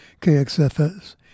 KXFS